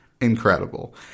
incredible